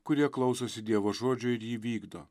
kurie klausosi dievo žodžio ir jį vykdo